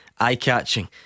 eye-catching